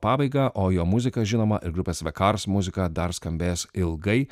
pabaigą o jo muzika žinoma ir grupės the cars muziką dar skambės ilgai